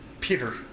Peter